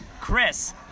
Chris